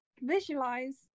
visualize